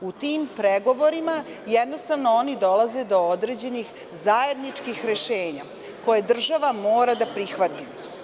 U tim pregovorima jednostavno oni dolaze do određenih zajedničkih rešenja, koje država mora da prihvati.